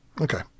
Okay